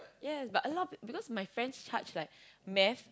yeah but a lot of p~ because my friends charge like math